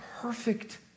perfect